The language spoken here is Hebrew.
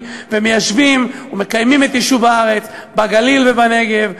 ומיישבים ומקיימים את יישוב הארץ בגליל ובנגב,